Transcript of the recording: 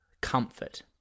comfort